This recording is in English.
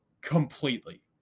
completely